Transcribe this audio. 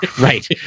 right